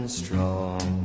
strong